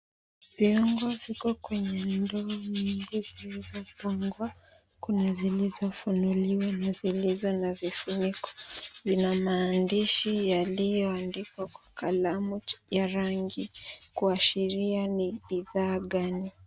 Viungo viko kwenye ndoo nyingi zilizopangwa. Kuna zilizofunuliwa na zilizo na vifuniko. Vina maandishi yaliyoandikwa kwa kalamu ya rangi, kuashiria ni bidhaa gani.